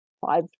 five